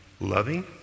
loving